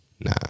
Nah